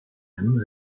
him